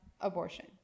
abortion